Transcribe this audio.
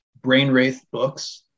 brainwraithbooks